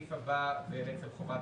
הסעיף הבא הוא בעצם חובת